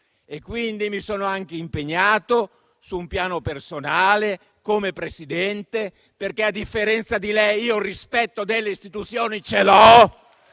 Quindi mi sono anche impegnato su un piano personale, come Presidente - perché, a differenza di lei, io il rispetto delle istituzioni ce l'ho